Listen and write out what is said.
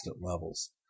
levels